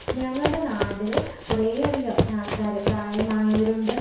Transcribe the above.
ഞങ്ങളുടെ നാട്ടിൽ കുറേയധികം ആൾക്കാർ പ്രായമായവരുണ്ട്